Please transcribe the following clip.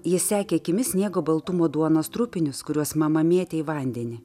jis sekė akimis sniego baltumo duonos trupinius kuriuos mama mėtė į vandenį